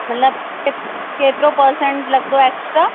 मतलबु के केतिरो पर्सेंट लॻंदो एक्स्ट्रा